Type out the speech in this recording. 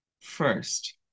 first